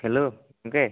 hello ᱜᱚᱢᱠᱮ